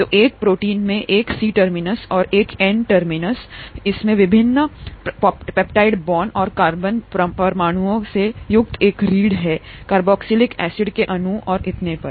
तो एक प्रोटीन में एक सी टर्मिनस और एक है एन टर्मिनस इसमें विभिन्न पेप्टाइड बांड और कार्बन परमाणुओं से युक्त एक रीढ़ है कार्बोक्जिलिक एसिड के अणु और इतने पर